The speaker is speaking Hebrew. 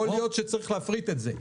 יכול להיות שצריך להפריט את זה,